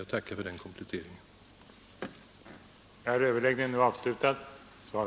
Jag tackar för denna komplettering av svaret.